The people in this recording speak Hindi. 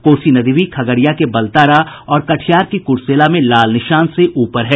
कोसी नदी भी खगड़िया के बलतारा और कटिहार के कुरसेला में खतरे के निशान से ऊपर है